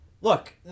Look